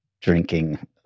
drinking